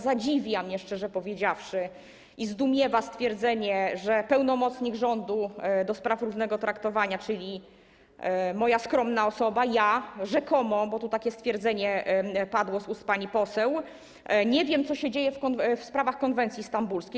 Zadziwia mnie, szczerze powiedziawszy, i zdumiewa stwierdzenie, że pełnomocnik rządu do spraw równego traktowania, czyli moja skromna osoba, ja - rzekomo, bo tu takie stwierdzenie padło z ust pani poseł - nie wie, co się dzieje w sprawach konwencji stambulskiej.